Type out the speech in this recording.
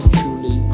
truly